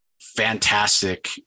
fantastic